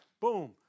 Boom